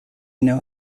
know